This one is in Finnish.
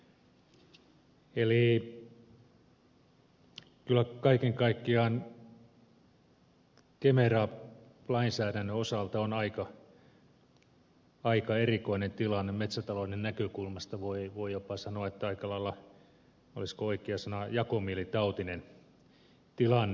eli kyllä kaiken kaikkiaan kemera lainsäädännön osalta on aika erikoinen tilanne metsätalouden näkökulmasta voi jopa sanoa että aika lailla olisikohan oikea sana jakomielitautinen tilanne